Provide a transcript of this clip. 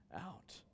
out